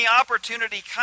opportunity